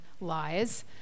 lies